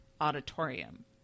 auditorium